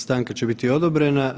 Stanka će biti odobrena.